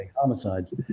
homicides